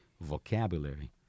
vocabulary